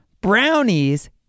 brownies